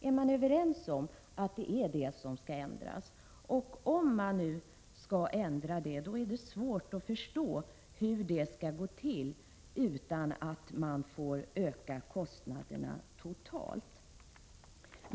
Om syftet är att ändra på dessa förhållanden, är det svårt att förstå hur detta skall kunna gå till utan att de totala kostnaderna ökar.